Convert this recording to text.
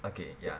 okay ya